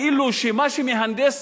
כאילו שמה שמהנדס